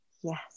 yes